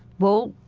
well,